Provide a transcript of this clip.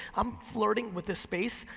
i'm flirting with the space.